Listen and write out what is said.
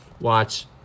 watch